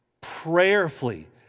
prayerfully